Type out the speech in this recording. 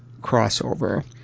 crossover